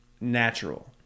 Natural